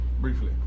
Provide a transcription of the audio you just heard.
briefly